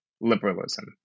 liberalism